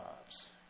lives